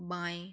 बाएँ